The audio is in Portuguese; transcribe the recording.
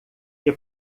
que